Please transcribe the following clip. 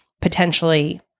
potentially